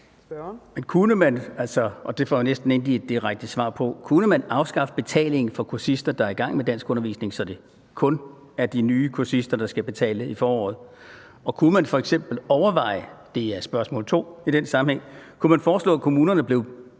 på – afskaffe betalingen for kursister, der er i gang med danskundervisningen, så det kun er de nye kursister, der skal betale i foråret? Og kunne man f.eks. overveje – det er spørgsmål nr. 2 i den sammenhæng – at lave en ordning, hvor de kommuner, der